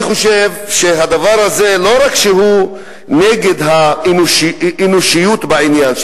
אני חושב שהדבר הזה לא רק שהוא נגד האנושיות בעניין,